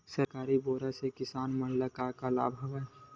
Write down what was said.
सरकारी बोर से किसान मन ला का लाभ हे?